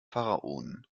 pharaonen